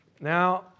Now